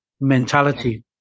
mentality